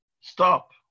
Stop